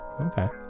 okay